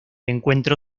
encuentro